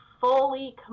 fully